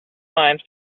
lines